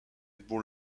ball